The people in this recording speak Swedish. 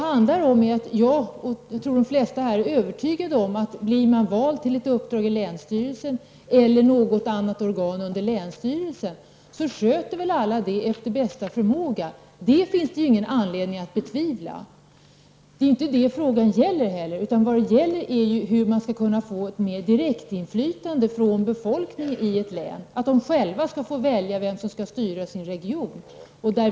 Jag och de flesta här är övertygade om att alla som blir valda till ett uppdrag i länsstyrelsen eller något annat organ under länsstyrelsen sköter detta efter bästa förmåga. Det finns det ingen anledning att betvivla. Det är inte det frågan gäller. Vad det gäller är hur invånarna i ett län skall få mer direktinflytande. De skall själva få välja vem som skall styra deras region.